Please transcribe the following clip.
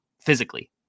physically